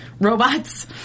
robots